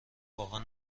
واقعا